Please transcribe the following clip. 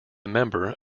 member